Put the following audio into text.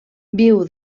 viu